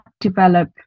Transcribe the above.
develop